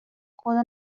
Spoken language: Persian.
خدا